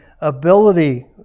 ability